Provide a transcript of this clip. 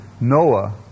Noah